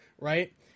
right